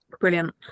Brilliant